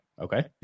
okay